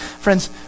Friends